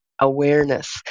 awareness